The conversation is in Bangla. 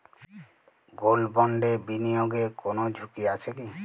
গোল্ড বন্ডে বিনিয়োগে কোন ঝুঁকি আছে কি?